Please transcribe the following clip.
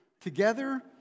together